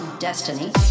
destiny